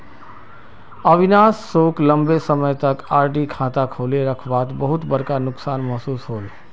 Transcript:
अविनाश सोक लंबे समय तक आर.डी खाता खोले रखवात बहुत बड़का नुकसान महसूस होल